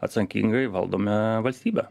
atsankingai valdome valstybę